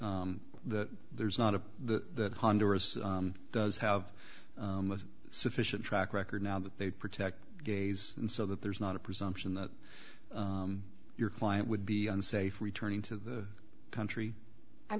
that that there's not a that honduras does have a sufficient track record now that they protect gays and so that there's not a presumption that your client would be unsafe returning to the country i'm